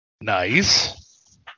Nice